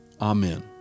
Amen